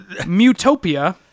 Mutopia